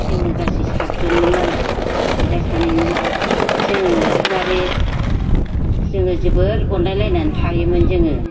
जोङो गासै सातजनमोन नालाय बिदा सानैमोन जोङो एखेबारे जोङो जोबोर अनलायलायनानै थायोमोन जोङो